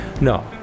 No